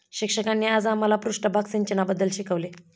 शिक्षकांनी आज आम्हाला पृष्ठभाग सिंचनाबद्दल शिकवले